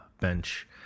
bench